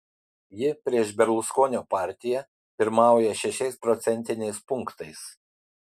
ji prieš berluskonio partiją pirmauja šešiais procentiniais punktais